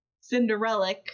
cinderella